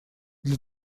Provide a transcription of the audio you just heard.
для